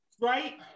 right